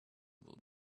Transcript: will